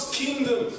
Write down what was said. kingdom